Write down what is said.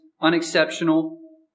unexceptional